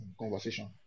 conversation